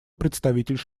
представитель